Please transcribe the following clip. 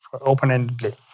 open-endedly